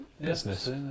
business